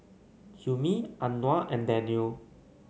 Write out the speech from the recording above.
Hilmi Anuar and Daniel